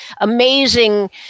amazing